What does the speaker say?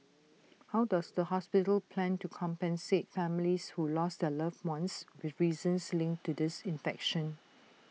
how does the hospital plan to compensate families who lost their loved ones with reasons linked to this infection